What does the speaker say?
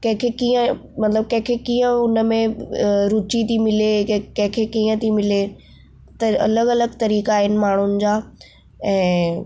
कंहिंखे कीअं मतलबु कंहिंखे कीअं उनमें अ रुची थी मिले कंहिंखे कीअं थी मिले त अलॻि अलॻि तरीक़ा आहिनि माण्हुनि जा ऐं